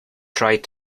tried